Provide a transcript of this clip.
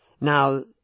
Now